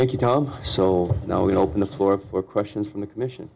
thank you tom so now we open the floor for questions from the commission